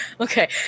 Okay